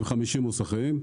עם 50 מוסכים,